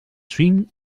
swing